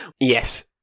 Yes